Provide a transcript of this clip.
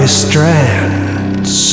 strands